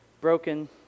broken